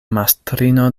mastrino